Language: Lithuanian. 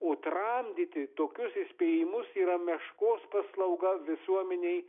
o tramdyti tokius įspėjimus yra meškos paslauga visuomenei